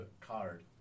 card